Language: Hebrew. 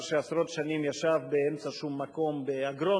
שעשרות שנים הוא ישב באמצע שום מקום באגרון,